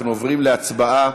אנחנו עוברים להצבעה